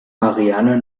marianne